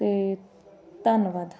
ਅਤੇ ਧੰਨਵਾਦ